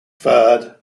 third